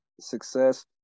success